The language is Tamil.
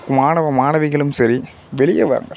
மாணவ மாணவிகளும் சரி வெளியே வாங்க